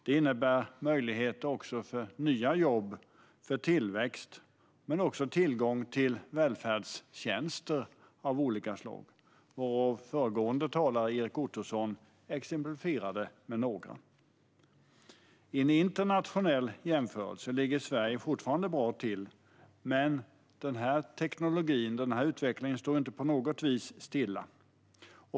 Det innebär möjligheter till nya jobb och tillväxt men också tillgång till välfärdstjänster av olika slag. Föregående talare Erik Ottoson nämnde några exempel. I en internationell jämförelse ligger Sverige fortfarande bra till, men denna utveckling står inte på något vis stilla.